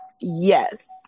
yes